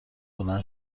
بلند